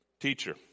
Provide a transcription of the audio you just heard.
Teacher